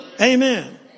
Amen